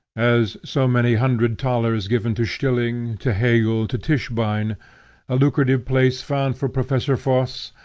as, so many hundred thalers given to stilling, to hegel, to tischbein a lucrative place found for professor voss,